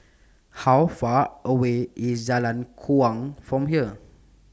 How Far away IS Jalan Kuang from here